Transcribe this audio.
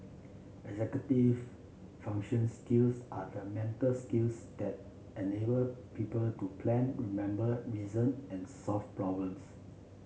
executive function skills are the mental skills that enable people to plan remember reason and solve problems